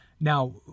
Now